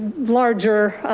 larger